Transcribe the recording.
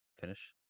Finish